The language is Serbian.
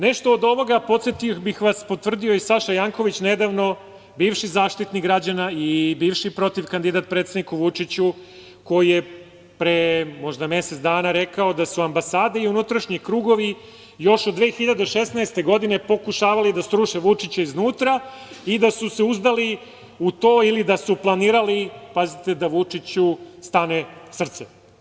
Nešto od ovoga, podsetio bih vas, potvrdio je i Saša Janković nedavno, bivši Zaštitnik građana i bivši protivkandidat predsedniku Vučiću, koji je pre možda mesec dana rekao da su ambasade i unutrašnji krugovi još od 2016. godine pokušavali da sruše Vučića iznutra i da su se uzdali u to ili da su planirali, pazite, da Vučiću stane srce.